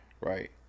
Right